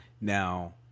Now